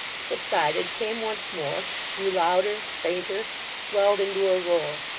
subsided, came once more, grew louder, fainter swelled into a roar.